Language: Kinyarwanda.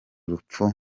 rupfu